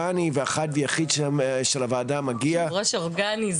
אנחנו רוצים לסווג ולקטלג את עצמנו במקום הזה.